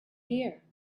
here